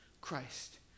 Christ